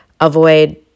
avoid